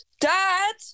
Dad